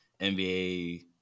NBA